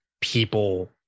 people